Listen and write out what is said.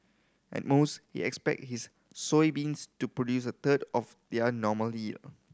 at most he expect s his soybeans to produce a third of their normal yield